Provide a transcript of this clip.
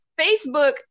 Facebook